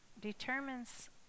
determines